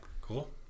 cool